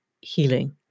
healing